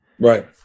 Right